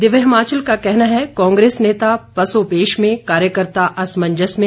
दिव्य हिमाचल का कहना है कांग्रेस नेता पसोपेश में कार्यकर्ता असमंजस में